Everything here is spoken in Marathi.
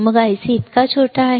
मग IC इतका छोटा आहे